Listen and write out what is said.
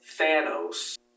Thanos